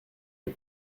des